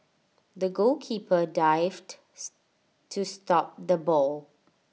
the goalkeeper dived to stop the ball